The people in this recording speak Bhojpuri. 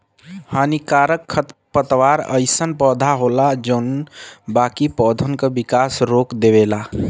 हानिकारक खरपतवार अइसन पौधा होला जौन बाकी पौधन क विकास रोक देवला